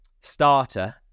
starter